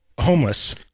homeless